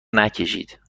نکشید